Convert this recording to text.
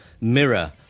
mirror